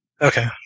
Okay